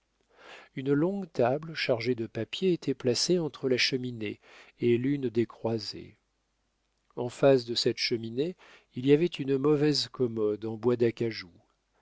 une longue table chargée de papiers était placée entre la cheminée et l'une des croisées en face de cette cheminée il y avait une mauvaise commode en bois d'acajou